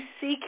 seek